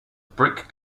brick